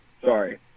Sorry